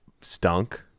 stunk